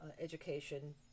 education